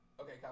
Okay